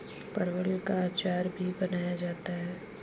परवल का अचार भी बनाया जाता है